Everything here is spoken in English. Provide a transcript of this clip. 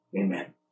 Amen